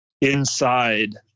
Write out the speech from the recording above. Inside